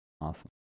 awesome